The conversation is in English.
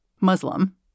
Muslim